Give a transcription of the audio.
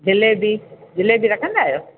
जलेबी जलेबी रखंदा आहियो